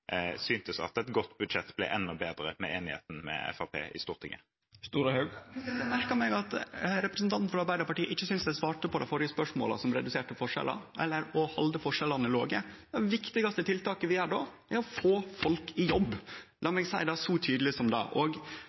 at et godt budsjett ble enda bedre etter enigheten med Fremskrittspartiet i Stortinget. Eg merkte meg at representanten frå Arbeidarpartiet ikkje syntest eg svarte på det førre spørsmålet, altså om reduserte forskjellar eller å halde forskjellane låge. Det viktigaste tiltaket vi gjer då, er å få folk i jobb. La meg seie det så tydeleg som det. Og